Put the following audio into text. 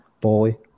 boy